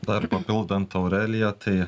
dar papildant aureliją tai